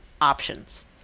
options